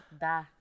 Da